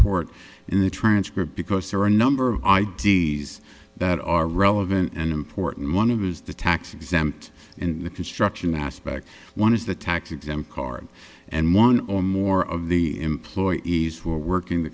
court in the transcript because there are a number of i d s that are relevant and important one it was the tax exempt in the construction aspect one is the tax exempt card and one or more of the employees were working the